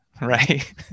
right